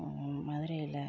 மதுரையில்